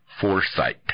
foresight